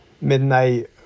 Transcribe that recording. midnight